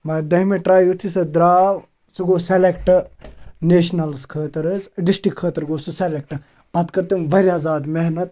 مگر دٔہمہِ ٹرٛاے یُتھُے سُہ درٛاو سُہ گوٚو سٮ۪لٮ۪کٹ نیشنَلَس خٲطرٕ حظ ڈِسٹِرک خٲطرٕ گوٚو سُہ سٮ۪لٮ۪کٹ پَتہٕ کٔر تٔمۍ واریاہ زیادٕ محنت